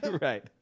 right